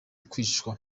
kwicwa